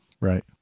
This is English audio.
Right